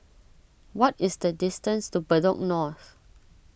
what is the distance to Bedok North